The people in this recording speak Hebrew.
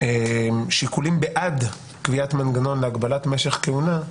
שיקולים בעד קביעת מנגנון להגבלת משך כהונה,